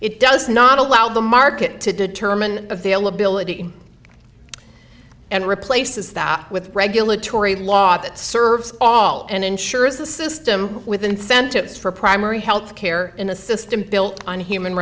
it does not allow the market to determine availability and replaces that with regulatory law that serves all and insurers the system with incentives for primary health care in a system built on human